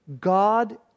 God